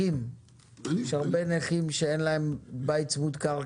יש הרבה נכים שאין להם בית צמוד קרקע.